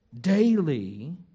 Daily